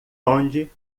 onde